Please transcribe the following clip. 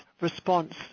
response